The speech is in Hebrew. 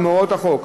בהוראות החוק,